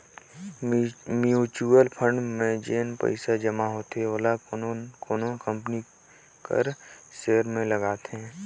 mutual fund में जेन पइसा जमा होथे ओला कोनो कोनो कंपनी कर सेयर में लगाथे